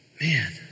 man